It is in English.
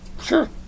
Sure